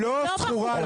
מאיזו ועדה זרקו אתכם?